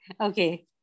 Okay